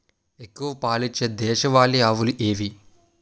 ఎక్కువ పాలు ఇచ్చే దేశవాళీ ఆవులు ఏవి?